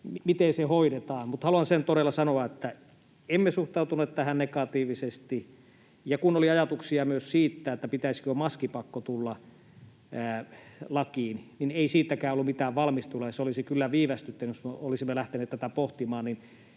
miten se hoidetaan. Mutta haluan sen todella sanoa, että emme suhtautuneet tähän negatiivisesti. Ja kun oli ajatuksia myös siitä, pitäisikö lakiin tulla maskipakko, niin ei siitäkään ollut mitään valmisteluja. Se olisi kyllä viivästyttänyt, jos me olisimme lähteneet näitä